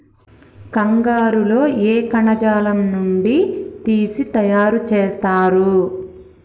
కంగారు లో ఏ కణజాలం నుండి తీసి తయారు చేస్తారు?